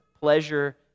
pleasure